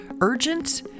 urgent